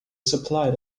supplied